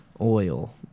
oil